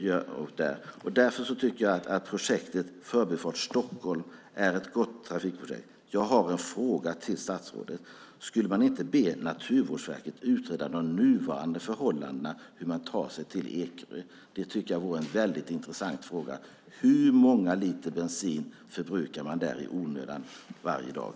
Därför tycker jag att projektet Förbifart Stockholm är ett gott trafikprojekt. Jag har en fråga till statsrådet. Skulle man inte kunna be Naturvårdsverket att utreda de nuvarande förhållandena när det gäller hur människor tar sig till Ekerö? Det tycker jag är en väldigt intressant fråga. Hur många liter bensin förbrukar man där i onödan varje dag?